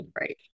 right